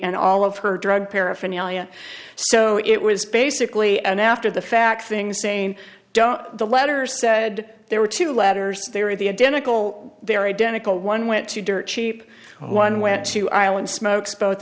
and all of her drug paraphernalia so it was basically an after the fact things saying don't the letter said there were two letters there at the identical they're identical one went to dirt cheap one went to island smokes both